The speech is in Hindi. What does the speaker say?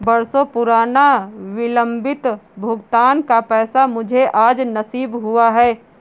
बरसों पुराना विलंबित भुगतान का पैसा मुझे आज नसीब हुआ है